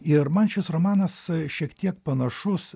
ir man šis romanas šiek tiek panašus